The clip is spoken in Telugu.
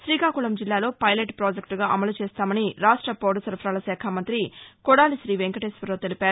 త్రీకాకుళం జిల్లాలో పైలెట్ ప్రాజెక్టుగా అమలు చేస్తామని రాష్ట పౌర నరఫరాల శాఖ మంగ్రి కొడాలి శ్రీ వెంకటేశ్వరరావు తెలిపారు